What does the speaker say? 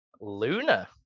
Luna